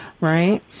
Right